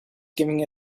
giving